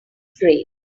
great